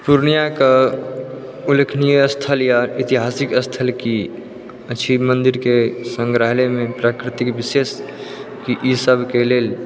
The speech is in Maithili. पूर्णियाके उल्लेखनीय स्थल या ऐतिहासिक स्थल की अछि मन्दिरके संग्रहालयमे प्राकृतिक विशेष की ई सबके लेल